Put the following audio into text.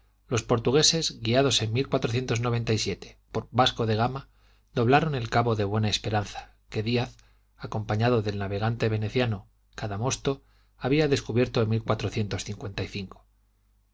los portugueses guiados en por vasco de gama doblaron el cabo de buena esperanza que díaz acompañado del navegante veneciano cadamosto había descubierto en